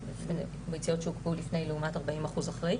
- בביציות שהוקפאו לפני לעומת 40% אחרי.